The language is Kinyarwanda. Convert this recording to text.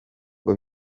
ngo